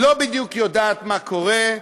לא בדיוק יודעת מה קורה.